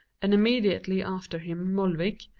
and immediately after him molvik,